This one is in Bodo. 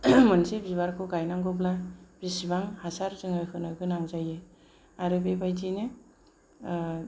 मोनसे बिबाखौ गायनांगौब्ला बेसेबां हासार जोङो होनो गोनां जायो आरो बेबायदिनो